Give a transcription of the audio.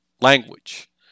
language